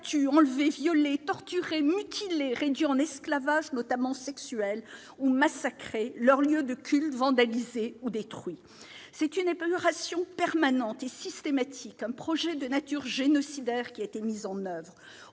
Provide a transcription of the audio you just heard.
enlever, violer, torturer, mutiler réduire en esclavage, notamment sexuels ou massacrer leurs lieux de culte vandalisés ou détruit, c'est une épuration permanente et systématique, un projet de nature génocidaire qui a été mis en oeuvre